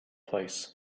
place